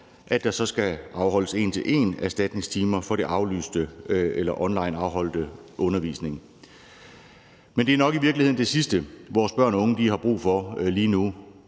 at der så skal afholdes en til en-erstatningstimer for den aflyste eller onlineafholdte undervisning. Men det er i virkeligheden nok det sidste, vores børn og unge har brug for lige nu,